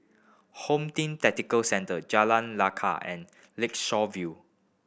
Home Team Tactical Centre Jalan Lekar and Lakeshore View